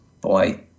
boy